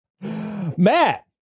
matt